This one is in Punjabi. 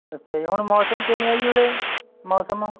ਅੱਛਾ ਜੀ ਹੁਣ ਮੌਸਮ ਕਿਵੇਂ ਆ ਜੀ ਉਰੇ ਮੌਸਮ